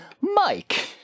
Mike